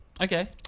Okay